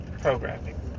programming